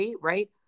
right